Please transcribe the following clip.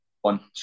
one